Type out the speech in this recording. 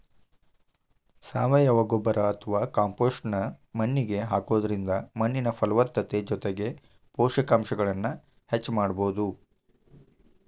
ಸಾವಯವ ಗೊಬ್ಬರ ಅತ್ವಾ ಕಾಂಪೋಸ್ಟ್ ನ್ನ ಮಣ್ಣಿಗೆ ಹಾಕೋದ್ರಿಂದ ಮಣ್ಣಿನ ಫಲವತ್ತತೆ ಜೊತೆಗೆ ಪೋಷಕಾಂಶಗಳನ್ನ ಹೆಚ್ಚ ಮಾಡಬೋದು